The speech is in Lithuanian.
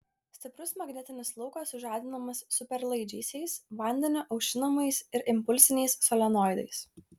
stiprusis magnetinis laukas sužadinamas superlaidžiaisiais vandeniu aušinamais ir impulsiniais solenoidais